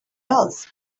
else